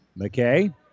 McKay